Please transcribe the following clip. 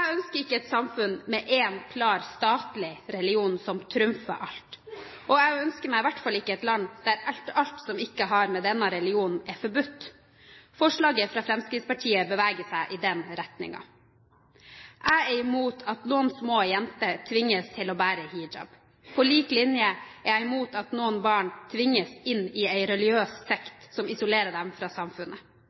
ønsker ikke et samfunn med én klar statlig religion som trumfer alt. Og jeg ønsker meg i hvert fall ikke et land der alt som ikke har med denne religionen å gjøre, er forbudt. Forslaget fra Fremskrittspartiet beveger seg i den retningen. Jeg er imot at noen små jenter tvinges til å bære hijab. På lik linje er jeg imot at noen barn tvinges inn i en religiøs sekt som isolerer dem fra samfunnet.